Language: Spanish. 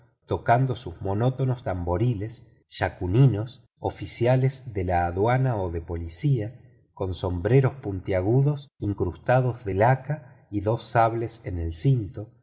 tocando sus monótonos tamboriles yakuninos oficiales de la aduana o de la policía con sombreros puntiagudos incrustados de laca y dos sables en el cinto